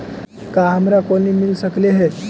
का हमरा कोलनी मिल सकले हे?